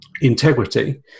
Integrity